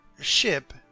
ship